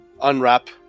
Unwrap